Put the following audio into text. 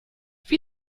wie